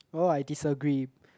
all I disagree